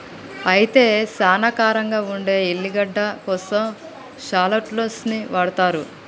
అయితే సానా కారంగా ఉండే ఎల్లిగడ్డ కోసం షాల్లోట్స్ ని వాడతారు